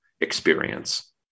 experience